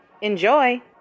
Enjoy